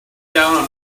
down